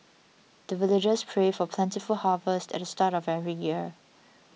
the villagers pray for plentiful harvest at the start of every year